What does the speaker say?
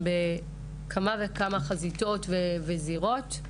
בכמה וכמה חזיתות וזירות.